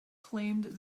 claimed